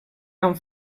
amb